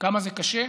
כמה זה קשה.